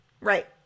Right